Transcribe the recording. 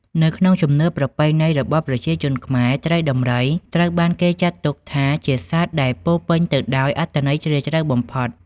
នៅក្នុងជំនឿប្រពៃណីរបស់ប្រជាជនខ្មែរ ត្រីដំរីត្រូវបានគេចាត់ទុកថាជាសត្វដែលពោរពេញទៅដោយអត្ថន័យជ្រាលជ្រៅបំផុត។